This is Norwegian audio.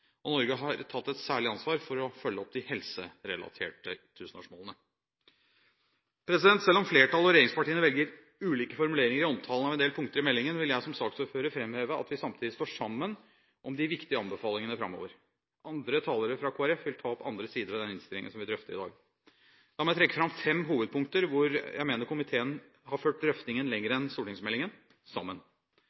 og Norge har tatt et særlig ansvar for å følge opp de helserelaterte tusenårsmålene. Selv om flertallet og regjeringspartiene velger ulike formuleringer i omtalen av en del punkter i meldingen, vil jeg som saksordfører framheve at vi samtidig står sammen om de viktige anbefalingene framover. Andre talere fra Kristelig Folkeparti vil ta opp andre sider av den innstillingen som vi drøfter i dag. La meg trekke fram fem hovedpunkter hvor jeg mener komiteen har ført drøftingen lenger enn stortingsmeldingen, sammen.